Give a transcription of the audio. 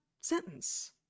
sentence